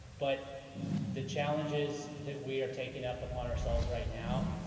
but the challenges that we are taking up upon ourselves right now,